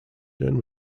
dern